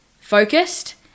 focused